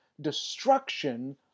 destruction